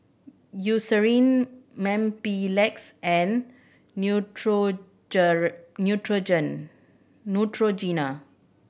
Eucerin Mepilex and Neutrogena